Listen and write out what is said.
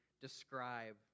describe